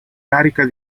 carica